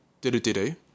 do-do-do-do